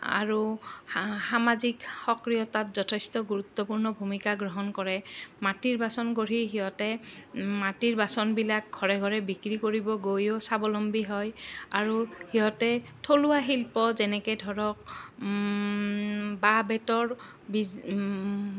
আৰু সামাজিক সক্ৰিয়তাত যথেষ্ট গুৰুত্বপূৰ্ণ ভূমিকা গ্ৰহণ কৰে মাটিৰ বাচন গঢ়ি সিহঁতে মাটিৰ বাচনবিলাক ঘৰে ঘৰে বিক্ৰী কৰিব গৈও স্বাৱলম্বী হয় আৰু সিহঁতে থলুৱা শিল্প যেনেকে ধৰক বাঁহ বেতৰ